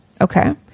Okay